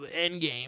Endgame